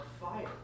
fire